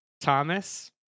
Thomas